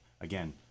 again